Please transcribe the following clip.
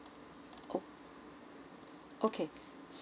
oh okay